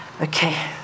okay